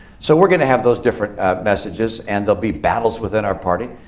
so we're going to have those different messages. and there'll be battles within our party.